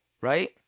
right